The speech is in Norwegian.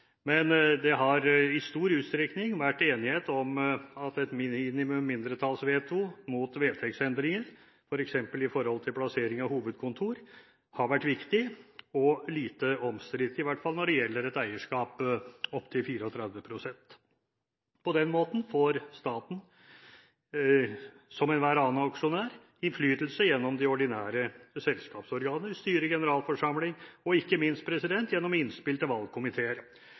men det har i stor utstrekning vært enighet om at et minimum mindretallsvetoer mot vedtektsendringer, f.eks. med hensyn til plassering av hovedkontor, har vært viktig og lite omstridt, i hvert fall når det gjelder et eierskap opptil 34 pst. På den måten får staten, som enhver annen aksjonær, innflytelse gjennom de ordinære selskapsorganer: styre, generalforsamling og ikke minst gjennom innspill til valgkomiteer.